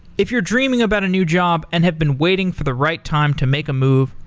if you're dreaming about a new job and have been waiting for the right time to make a move,